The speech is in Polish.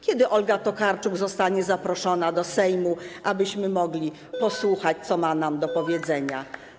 Kiedy Olga Tokarczuk zostanie zaproszona do Sejmu, abyśmy mogli posłuchać tego, co ma nam do powiedzenia?